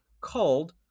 called